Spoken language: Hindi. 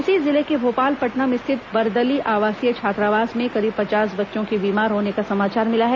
इसी जिले के भोपालपट्नम स्थित बरदली आवासीय छात्रावास में करीब पचास बच्चों के बीमार होने का समाचार मिला है